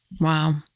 Wow